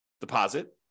deposit